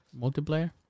Multiplayer